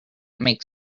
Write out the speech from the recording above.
make